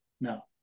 no